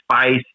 spice